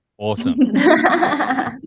Awesome